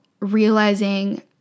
Realizing